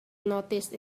noticed